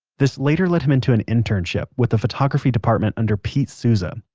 this later led him into an internship with the photography department under pete souza,